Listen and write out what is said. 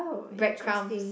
bread crumbs